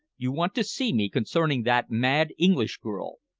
you want to see me concerning that mad english girl?